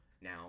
Now